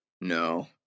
no